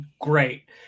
great